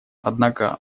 однако